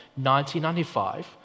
1995